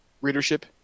readership